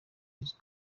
izo